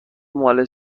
مال